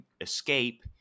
escape